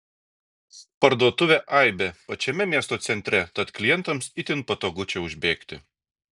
parduotuvė aibė pačiame miesto centre tad klientams itin patogu čia užbėgti